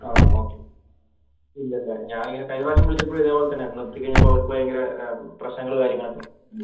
ആ ഓക്കെ ഇല്ലല്ലേ ഞാൻ ഇങ്ങനെ കഴിഞ്ഞ പ്രാവശ്യം വിളിച്ചപ്പോഴും ഇതേപോലെ തന്നെയാണ് നിർത്തി കഴിഞ്ഞപ്പം അവർക്ക് ഭയങ്കര പ്രശ്നങ്ങൾ കാര്യങ്ങളൊക്കെ ഉണ്ട്